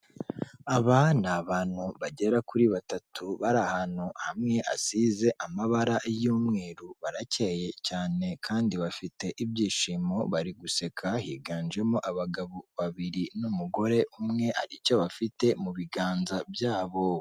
Aba ni abantu bagera kuri batatu bari ahantu hamwe hasize amabara y'umweru, barakeyeye cyane kandi bafite ibyishimo bari guseka higanjemo abagabo babiri n'umugore umwe hari icyo bafite mu biganza byabo.